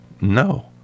No